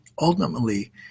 Ultimately